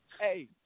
Hey